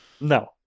No